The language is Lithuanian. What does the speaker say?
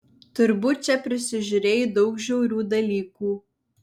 turbūt čia prisižiūrėjai daug žiaurių dalykų